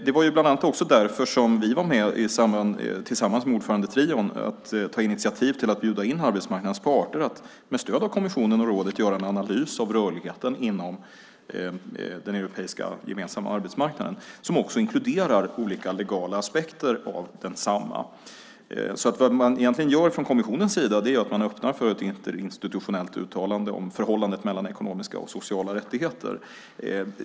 Det var bland annat också därför som vi, tillsammans med ordförandetrion, var med om att ta initiativ till att bjuda in arbetsmarknadens parter till att med stöd av kommissionen och rådet göra en analys av rörligheten inom den europeiska gemensamma arbetsmarknaden, som också inkluderar olika legala aspekter av densamma. Vad man egentligen gör från kommissionens sida är att man öppnar för ett institutionellt uttalande om förhållandet mellan ekonomiska och sociala rättigheter.